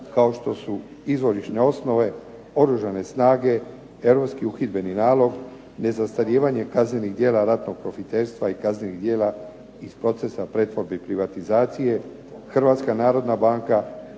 kao što su Izvorišne osnove, Oružane snage, europski uhidbeni nalog, nezastarijevanje kaznenih djela ratnog profiterstva i kaznenih djela iz procesa pretvorbe i privatizacije, Hrvatska narodna banka,